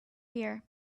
fear